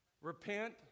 Repent